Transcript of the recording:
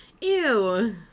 Ew